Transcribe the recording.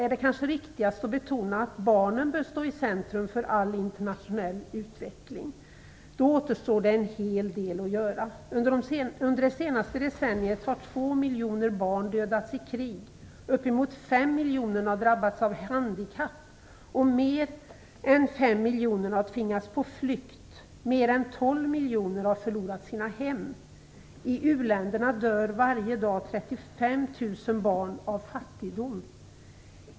Är det kanske riktigast att betona att barnen bör stå i centrum för all internationell utveckling? Då återstår det en hel del att göra. Under det senaste decenniet har 2 miljoner barn dödats i krig. Uppemot 5 miljoner har drabbats av handikapp och mer än 5 miljoner har tvingats på flykt. Mer än 12 miljoner har förlorat sina hem. I u-länderna dör varje dag 35 000 barn av fattigdom.